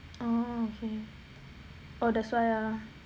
oh okay oh that's why ah